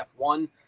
F1